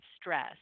stress